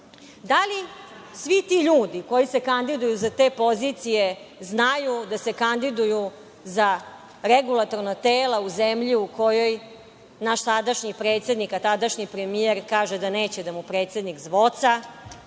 li svi ti ljudi koji se kandiduju za te pozicije znaju da se kandiduju za regulatorna tela u zemlji u kojoj naš sadašnji predsednik, a tadašnji premijer kaže da neće da mu predsednik zvoca,